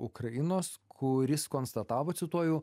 ukrainos kuris konstatavo cituoju